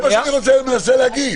זה מה שאני מנסה להגיד.